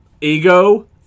Ego